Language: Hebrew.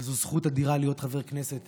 וזו זכות אדירה להיות חבר כנסת